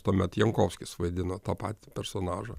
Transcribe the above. tuomet jankovskis vaidino tą patį personažą